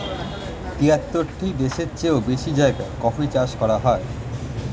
তিয়াত্তরটি দেশের চেও বেশি জায়গায় কফি চাষ করা হচ্ছে